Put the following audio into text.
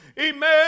Amen